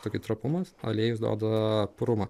tokį trapumą aliejus duoda purumą